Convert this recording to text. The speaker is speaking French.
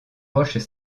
roches